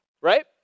Right